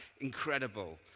incredible